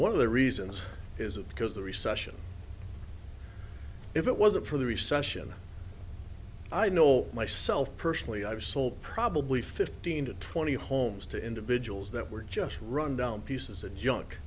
one of the reasons is because the recession if it wasn't for the recession i know myself personally i've sold probably fifteen to twenty homes to individuals that were just rundown pieces and